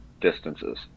distances